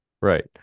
Right